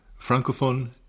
francophone